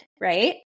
right